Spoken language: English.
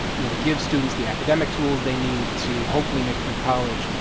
you know, give students the academic tools they need to hopefully make it through college,